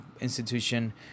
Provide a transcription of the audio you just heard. institution